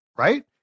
Right